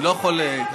אני לא יכול ככה.